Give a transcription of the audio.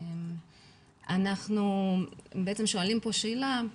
אנחנו שואלים פה שאלה,